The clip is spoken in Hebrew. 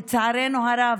לצערנו הרב,